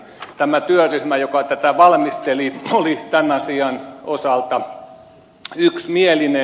tämä työryhmä joka tätä valmisteli oli tämän asian osalta yksimielinen